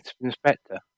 Inspector